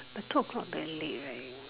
but two o-clock very late right you know